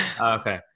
okay